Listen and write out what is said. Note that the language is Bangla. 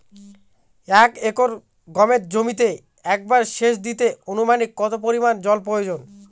এক একর গমের জমিতে একবার শেচ দিতে অনুমানিক কত পরিমান জল প্রয়োজন?